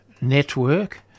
Network